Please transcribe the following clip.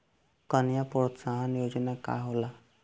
कन्या प्रोत्साहन योजना का होला?